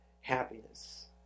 happiness